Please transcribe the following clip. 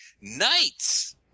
Knights